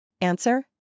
Answer